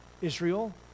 Israel